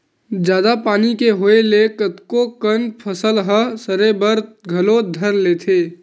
जादा पानी के होय ले कतको कन फसल ह सरे बर घलो धर लेथे